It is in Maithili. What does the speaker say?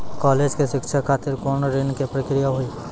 कालेज के शिक्षा खातिर कौन ऋण के प्रक्रिया हुई?